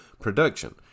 production